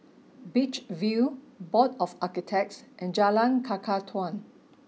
Beach View Board of Architects and Jalan Kakatua